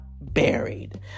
buried